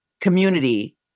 community